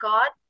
God